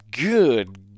Good